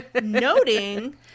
noting